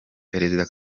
perezida